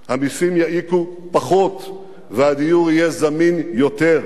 המסים יעיקו פחות והדיור יהיה זמין יותר.